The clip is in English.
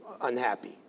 unhappy